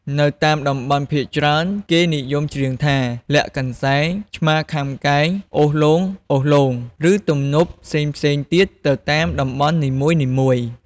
នៅតាមតំបន់ភាគច្រើន គេនិយមច្រៀងថា លាក់កន្សែង ឆ្មាខាំកែង អូសលោងៗ ឬទំនុកផ្សេងៗទៀតទៅតាមតំបន់នីមួយៗ។